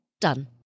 Done